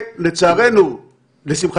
-- אז תעשה --- ותפסיקו את הכיבוש.